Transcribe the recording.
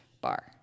bar